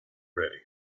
ready